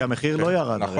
כי המחיר לא ירד.